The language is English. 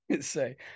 say